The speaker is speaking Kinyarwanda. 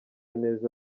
neza